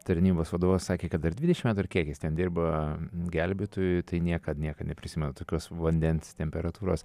tarnybos vadovas sakė kad ar dvidešimt metų ar kiek jis ten dirba gelbėtoju tai niekad niekad neprisimena tokios vandens temperatūros